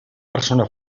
persona